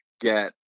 get